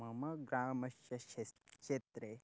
मम ग्रामस्य श् श् क्षेत्रे